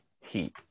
Heat